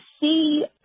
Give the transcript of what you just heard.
see